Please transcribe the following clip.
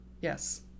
yes